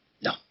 No